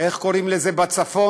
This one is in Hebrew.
איך קוראים לזה בצפון?